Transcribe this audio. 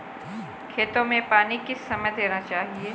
खेतों में पानी किस समय देना चाहिए?